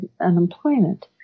unemployment